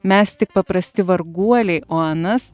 mes tik paprasti varguoliai o anas